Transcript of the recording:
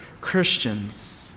Christians